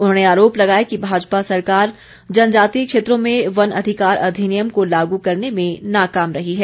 उन्होंने आरोप लगाया कि भाजपा सरकार जनजातीय क्षेत्रों में वन अधिकार अधिनियम को लागू करने में नाकाम रही है